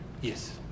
Yes